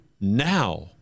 now